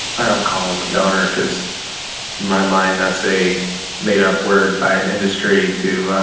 i don't call him a donor because in my mind that's a made-up word by an industry to